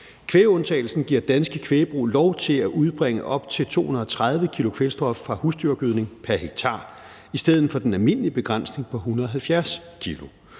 Kvægundtagelsen giver danske kvægbrug lov til at udbringe op til 230 kg kvælstof fra husdyrgødning pr. hektar i stedet for den almindelige begrænsning på 170 kg.